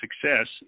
success